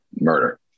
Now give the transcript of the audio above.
murder